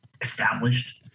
established